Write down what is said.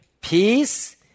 peace